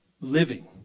living